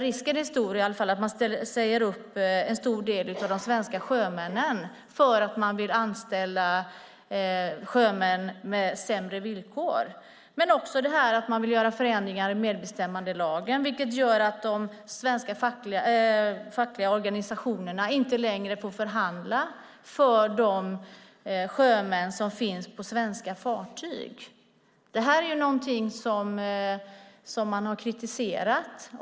Risken är stor att man säger upp en stor del av de svenska sjömännen för att man vill anställa sjömän med sämre villkor. Men det handlar också om att man vill göra förändringar i medbestämmandelagen, vilket gör att de svenska fackliga organisationerna inte längre får förhandla för de sjömän som finns på svenska fartyg. Det här är någonting som har kritiserats.